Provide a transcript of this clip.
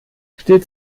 steht